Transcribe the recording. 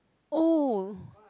oh